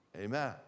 Amen